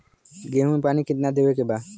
गेहूँ मे पानी कितनादेवे के बा?